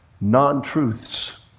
non-truths